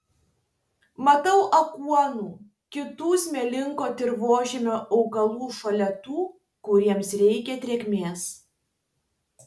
matau aguonų kitų smėlingo dirvožemio augalų šalia tų kuriems reikia drėgmės